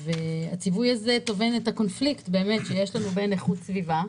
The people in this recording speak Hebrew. הציווי הזה טומן את הקונפליקט שיש לנו בין איכות סביבה,